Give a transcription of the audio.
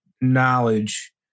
knowledge